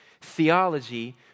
theology